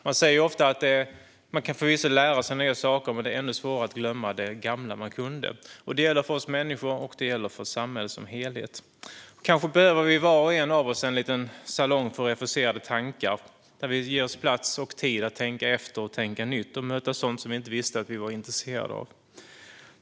Man säger förvisso ofta att man kan lära sig nya saker, men det är ännu svårare att glömma det gamla man kunde. Det gäller för oss människor liksom för samhället som helhet. Kanske behöver vi var och en av oss en liten salong för refuserade tankar där vi ges plats och tid att tänka efter, tänka nytt och möta sådant som vi inte visste att vi var intresserade av.